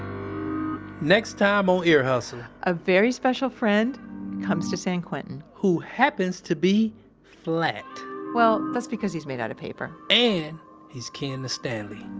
next time on ear hustle, a very special friend comes to san quentin who happens to be flat well, that's because he's made out of paper and he's kin to stanley